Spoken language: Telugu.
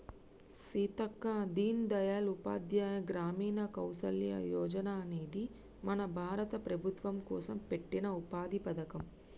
సీతక్క దీన్ దయాల్ ఉపాధ్యాయ గ్రామీణ కౌసల్య యోజన అనేది మన భారత ప్రభుత్వం కోసం పెట్టిన ఉపాధి పథకం